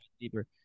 deeper